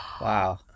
Wow